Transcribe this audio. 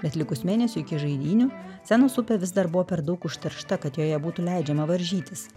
bet likus mėnesiui iki žaidynių senos upė vis dar buvo per daug užteršta kad joje būtų leidžiama varžytis